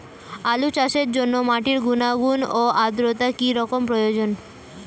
আলু চাষের জন্য মাটির গুণাগুণ ও আদ্রতা কী রকম প্রয়োজন?